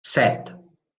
set